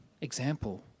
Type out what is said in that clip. example